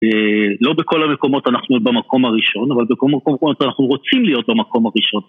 לא בכל המקומות אנחנו במקום הראשון, אבל בכל מקומות אנחנו רוצים להיות במקום הראשון.